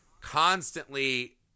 constantly